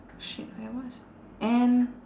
shit I was and